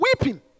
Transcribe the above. weeping